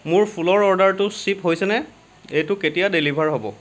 মোৰ ফুলৰ অৰ্ডাৰটো শ্বিপ হৈছেনে এইটো কেতিয়া ডেলিভাৰ হ'ব